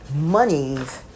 monies